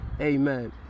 Amen